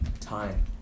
time